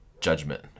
judgment